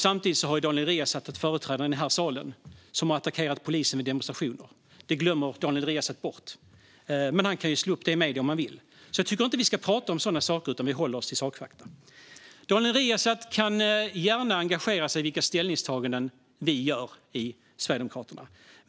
Samtidigt har Daniel Riazats parti företrädare i denna sal som har attackerat polisen vid demonstrationer. Detta glömmer Daniel Riazat bort. Men han kan ju slå upp det i medierna om han vill. Jag tycker inte att vi ska prata om sådana saker, utan vi håller oss till fakta. Daniel Riazat kan gärna engagera sig i vilka ställningstaganden vi gör i Sverigedemokraterna.